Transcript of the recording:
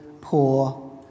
poor